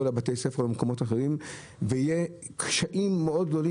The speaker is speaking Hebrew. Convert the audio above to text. לבתי הספר ולמקומות אחרים ויהיו קשיים גדולים מאוד.